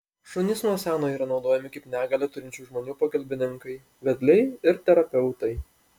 šunys nuo seno yra naudojami kaip negalią turinčių žmonių pagalbininkai vedliai ir terapeutai